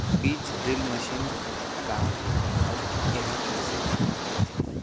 बीज drill machine का हे अऊ एहा कइसे काम करथे?